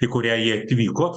į kurią jie atvyko